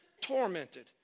tormented